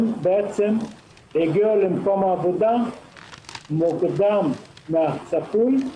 הם בעצם הגיעו למקום העבודה מוקדם מן הצפוי,